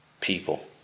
people